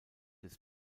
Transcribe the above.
des